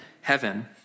heaven